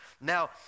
Now